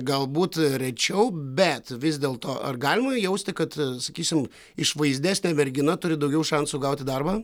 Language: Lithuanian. galbūt rečiau bet vis dėlto ar galima jausti kad sakysim išvaizdesnė mergina turi daugiau šansų gauti darbą